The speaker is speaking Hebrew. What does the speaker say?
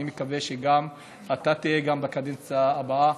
אני מקווה שאתה תהיה גם בקדנציה הבאה,